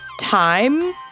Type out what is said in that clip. time